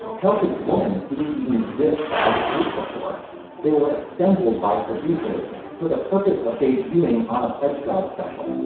celtic woman didn't even exist as a group before they were assembled by a producer for the purpose of debuting on a pledge drive special